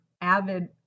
avid